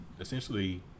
essentially